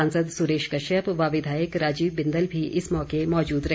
सांसद सुरेश कश्यप व विधायक राजीव बिंदल भी इस मौके मौजूद रहे